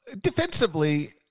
Defensively